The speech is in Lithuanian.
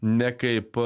ne kaip